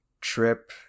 trip